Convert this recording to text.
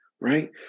Right